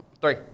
Three